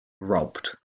robbed